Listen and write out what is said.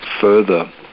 further